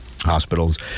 hospitals